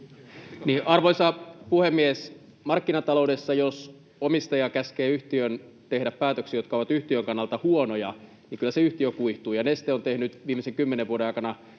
Arvoisa puhemies! Markkinataloudessa jos omistaja käskee yhtiön tehdä päätöksiä, jotka ovat yhtiön kannalta huonoja, kyllä se yhtiö kuihtuu. Neste on tehnyt viimeisen kymmenen vuoden aikana